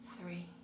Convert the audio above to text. three